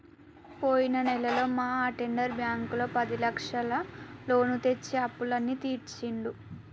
పోయిన నెలలో మా అటెండర్ బ్యాంకులో పదిలక్షల లోను తెచ్చి అప్పులన్నీ తీర్చిండు